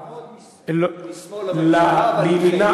תעמוד משמאל לממשלה,